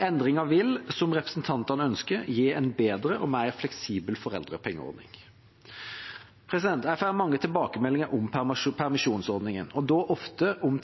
Endringa vil, som representantene ønsker, gi en bedre og mer fleksibel foreldrepengeordning. Jeg får mange tilbakemeldinger om permisjonsordningen, og da ofte om